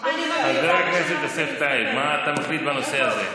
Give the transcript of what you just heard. חבר יוסף טייב, מה אתה מחליט בנושא הזה?